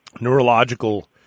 neurological